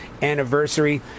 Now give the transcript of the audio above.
anniversary